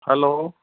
hello